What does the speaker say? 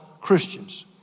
Christians